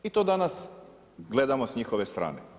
I to danas gledamo s njihove strane.